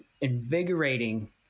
invigorating